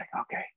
Okay